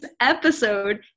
episode